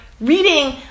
Reading